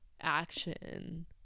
action